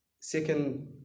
Second